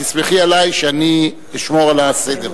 תסמכי עלי שאני אשמור על הסדר.